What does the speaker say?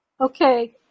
Okay